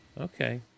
okay